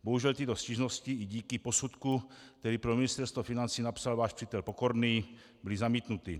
Bohužel tyto stížnosti i díky posudku, který pro Ministerstvo financí napsal váš přítel Pokorný, byly zamítnuty.